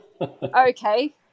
Okay